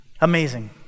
amazing